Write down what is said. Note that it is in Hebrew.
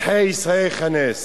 נידחי ישראל יכנס.